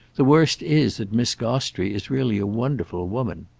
the worst is that miss gostrey is really a wonderful woman.